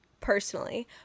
Personally